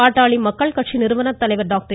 பாட்டாளி மக்கள் கட்சி நிறுவனர் தலைவர் டாக்டர்